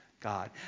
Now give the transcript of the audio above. God